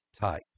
type